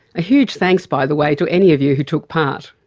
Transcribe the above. a huge thanks, by the way, to any of you who took part.